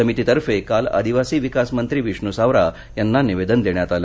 समितीतर्फे काल आदिवासी विकास मंत्री विष्णु सावरा यांना निवेदन देण्यात आलं